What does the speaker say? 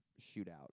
shootout